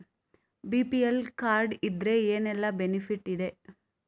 BPL card ಇದ್ರೆ ಏನೆಲ್ಲ benefit ಇದೆ?